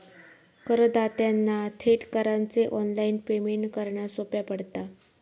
करदात्यांना थेट करांचे ऑनलाइन पेमेंट करना सोप्या पडता